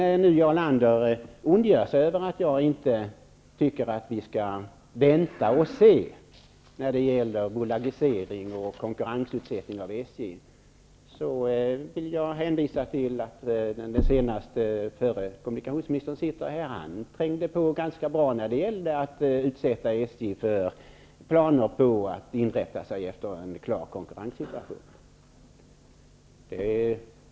När nu Jarl Lander ondgör sig över att jag inte tycker att vi skall vänta och se när det gäller att bolagisera och att utsätta SJ för konkurrens vill jag hänvisa till den förre kommunikationsministern, som sitter här i kammaren. Han tryckte på ganska rejält när det gällde planerna på att försöka få SJ att inrätta sig efter en klar konkurrenssituation.